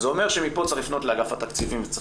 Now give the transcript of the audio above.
זה אומר שמפה צריך לפנות לאגף התקציבים וצריך